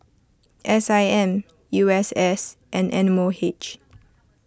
S I M U S S and M O H